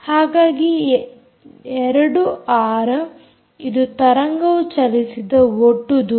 ಹಾಗಾಗಿ 2ಆರ್ ಇದು ತರಂಗವು ಚಲಿಸಿದ ಒಟ್ಟು ದೂರ